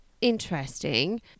interesting